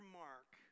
mark